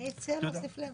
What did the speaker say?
מי הציע להוסיף להם סבל?